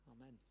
Amen